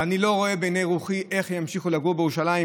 ואני לא רואה בעיני רוחי איך ימשיכו לגור בירושלים.